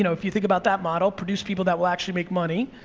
you know if you think about that model, produce people that will actually make money,